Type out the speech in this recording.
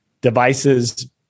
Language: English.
devices